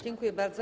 Dziękuję bardzo.